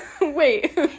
wait